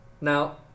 Now